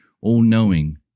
all-knowing